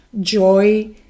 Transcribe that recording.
joy